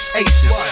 aces